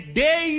day